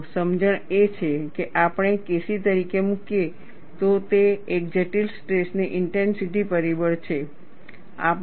જુઓ સમજણ એ છે કે જો આપણે KC તરીકે મૂકીએ તો તે એક જટિલ સ્ટ્રેસ ઇન્ટેન્સિટી પરિબળ છે